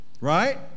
Right